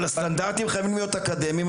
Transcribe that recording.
הסטנדרטים חייבים להיות אקדמיים,